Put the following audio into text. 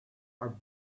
are